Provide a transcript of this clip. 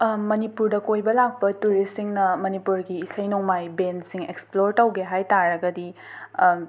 ꯃꯅꯤꯄꯨꯔꯗ ꯀꯣꯏꯕ ꯂꯥꯛꯄ ꯇꯨꯔꯤꯁꯁꯤꯡꯅ ꯃꯅꯤꯄꯨꯔꯒꯤ ꯏꯁꯩ ꯅꯣꯡꯃꯥꯏ ꯕꯦꯟꯁꯤꯡ ꯑꯦꯛꯁꯄ꯭ꯂꯣꯔ ꯇꯧꯒꯦ ꯍꯥꯏꯕ ꯇꯥꯔꯒꯗꯤ